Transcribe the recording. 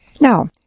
Now